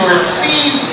receive